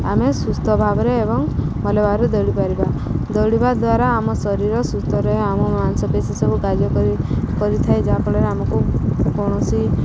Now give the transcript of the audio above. ଆମେ ସୁସ୍ଥ ଭାବରେ ଏବଂ ଭଲ ଭାବରେ ଦୌଡ଼ିପାରିବା ଦୌଡ଼ିବା ଦ୍ୱାରା ଆମ ଶରୀର ସୁସ୍ଥ ରହେ ଆମ ମାଂସପେଶୀ ସବୁ କାର୍ଯ୍ୟ କରି କରିଥାଏ ଯାହାଫଳରେ ଆମକୁ କୌଣସି